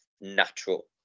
natural